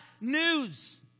News